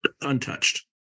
untouched